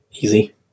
easy